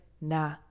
nah